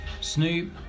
Snoop